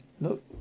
Look